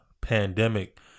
pandemic